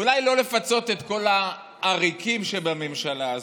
אולי לא לפצות את כל העריקים שבממשלה הזאת,